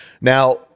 Now